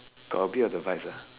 got a bit of the vibes ah